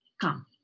come